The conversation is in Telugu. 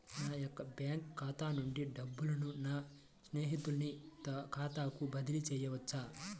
నా యొక్క బ్యాంకు ఖాతా నుండి డబ్బులను నా స్నేహితుని ఖాతాకు బదిలీ చేయవచ్చా?